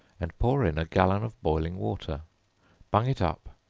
and pour in a gallon of boiling water bung it up,